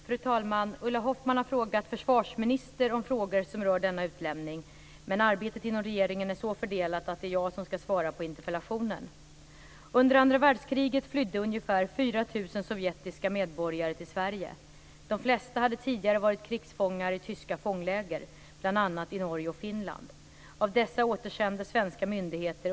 Fru talman! Ulla Hoffmann har frågat försvarsministern om frågor som rör denna utlämning. Arbetet inom regeringen är så fördelat att det är jag som ska svara på interpellationen. Under andra världskriget flydde ungefär 4 000 sovjetiska medborgare till Sverige. De flesta hade tidigare varit krigsfångar i tyska fångläger, bl.a. i Norge och Finland.